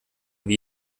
wie